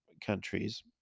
countries